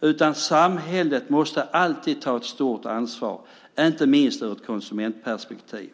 utan samhället måste alltid ta ett stort ansvar, inte minst ur ett konsumentperspektiv.